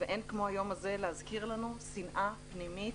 ואין כמו היום הזה להזכיר לנו שנאה פנימית,